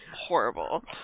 horrible